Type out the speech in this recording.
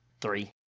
Three